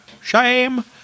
shame